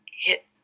hit